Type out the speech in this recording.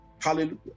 Hallelujah